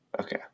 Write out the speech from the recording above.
okay